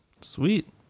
Sweet